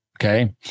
okay